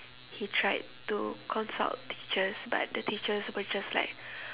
he tried to consult teachers but the teachers were just like